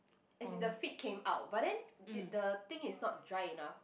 as in the feet came out but then the thing is not dry enough